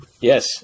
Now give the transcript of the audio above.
Yes